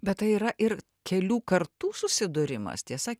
bet tai yra ir kelių kartų susidūrimas tiesa